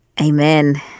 Amen